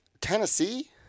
Tennessee